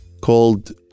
called